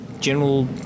general